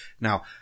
now